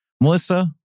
Melissa